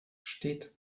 steht